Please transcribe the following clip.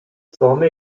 swami